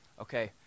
Okay